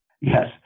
Yes